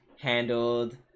handled